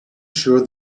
sure